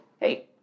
hey